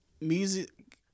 Music